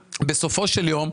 בסופו של יום,